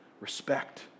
respect